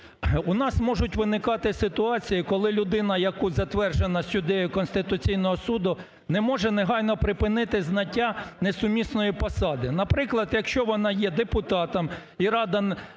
у нас можуть виникати ситуації, коли людина, яку затверджено сюди Конституційного Суду не може негайно припинити зайняття несумісної посади. Наприклад, якщо вона є депутатом і Рада